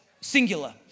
singular